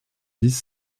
dix